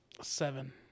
seven